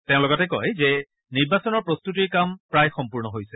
তেওঁ লগতে কয় যে নিৰ্বাচনৰ প্ৰস্তুতিৰ কাম প্ৰায় সম্পূৰ্ণ হৈছে